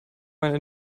meine